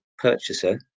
purchaser